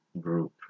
group